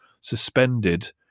suspended